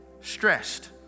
stressed